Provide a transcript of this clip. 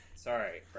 Sorry